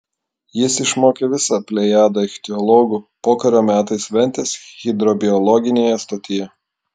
jis išmokė visą plejadą ichtiologų pokario metais ventės hidrobiologinėje stotyje